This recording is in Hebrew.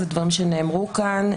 אלה דברים שנאמרו כאן.